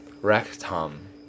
Rectum